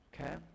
Okay